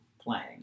playing